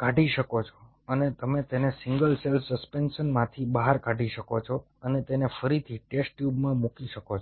હા dikri શકો છો અને તમે તેને સિંગલ સેલ સસ્પેન્શનમાંથી બહાર કાઢી શકો છો અને તેને ફરીથી ટેસ્ટ ટ્યુબમાં મૂકી શકો છો